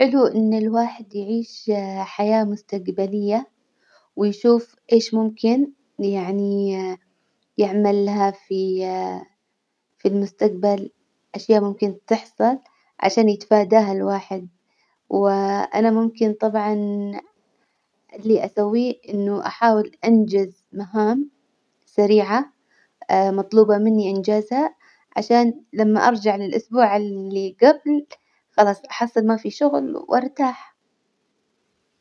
حلو إن الواحد يعيش حياة مستجبلية ويشوف إيش ممكن يعني يعملها في في المستجبل أشياء ممكن تحصل عشان يتفاداها الواحد، وأنا ممكن طبعا اللي أسويه إنه أحاول أنجز مهام سريعة مطلوبة مني إنجازها، عشان لما أرجع للأسبوع اللي جبل خلاص أحصل ما في شغل وأرتاح.